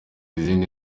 izindi